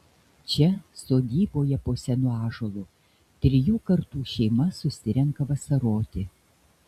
čia sodyboje po senu ąžuolu trijų kartų šeima susirenka vasaroti